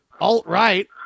alt-right